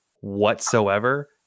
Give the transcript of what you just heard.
whatsoever